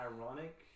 ironic